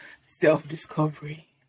self-discovery